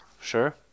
Sure